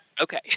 Okay